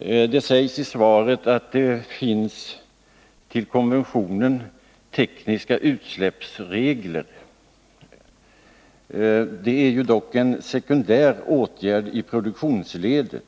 I svaret framhölls att det till konventionen kan fogas tekniska utsläppsregler. Det är dock en sekundär åtgärd i produktionsledet.